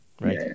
right